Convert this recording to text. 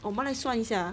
我们来那算一下 ah